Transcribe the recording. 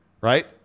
Right